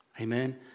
Amen